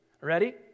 Ready